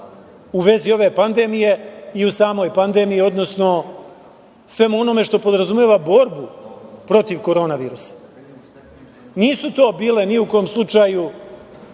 u vezi ove pandemije i u samoj pandemiji, odnosno svemu onome što podrazumeva borbu protiv Koronavirusa. Nisu to bile ni u kom slučaju